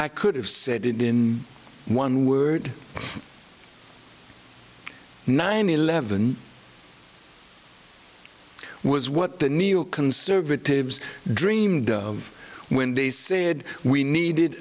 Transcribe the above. i could have said in one word nine eleven was what the neo conservatives dreamed of when they said we needed